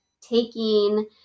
taking